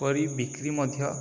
କରି ବିକ୍ରି ମଧ୍ୟ